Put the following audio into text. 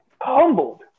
humbled